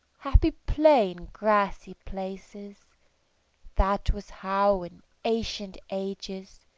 happy play in grassy places that was how in ancient ages,